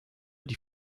die